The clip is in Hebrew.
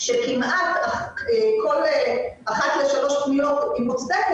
כל אחד בתחום ובמקום שלו שעושים עבודה נפלאה.